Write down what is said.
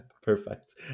Perfect